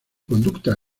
conducta